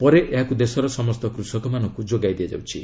ପରେ ଏହାକୁ ଦେଶର ସମସ୍ତ କୃଷକମାନଙ୍କୁ ଯୋଗାଇ ଦିଆଯାଉଛି